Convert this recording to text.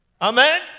Amen